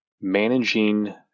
managing